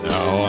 Now